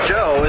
Joe